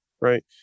right